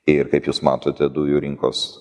ir kaip jūs matote dujų rinkos